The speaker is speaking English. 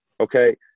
okay